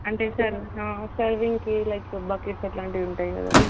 అంటే సర్ సర్వింగ్కి like buckets అట్లాంటివి ఉంటాయి కదా